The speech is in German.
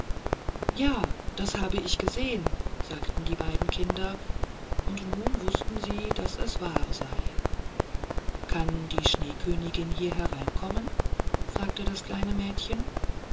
ja das habe ich gesehen sagten beide kinder und nun wußten sie daß es wahr sei kann die schneekönigin hier hereinkommen fragte das kleine mädchen